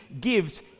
gives